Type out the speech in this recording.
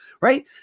Right